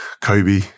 Kobe